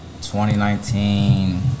2019